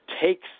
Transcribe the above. takes